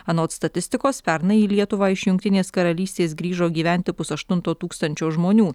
anot statistikos pernai į lietuvą iš jungtinės karalystės grįžo gyventi pusaštunto tūkstančio žmonių